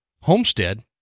homestead